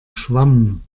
schwamm